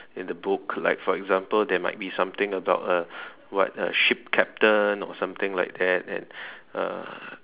in the book like for example there might something about a what a ship captain something like that and uh